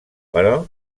però